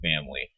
family